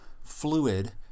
Fluid